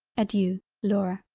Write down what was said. adeiu laura.